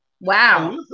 Wow